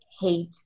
hate